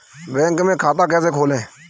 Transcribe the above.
Bank में खाता कैसे खोलें?